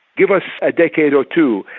give us a decade or two,